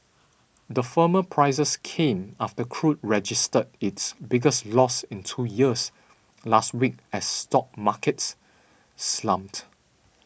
the firmer prices came after crude registered its biggest loss in two years last week as stock markets slumped